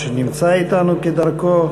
אף-על-פי שנמצא אתנו כדרכו,